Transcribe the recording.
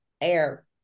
air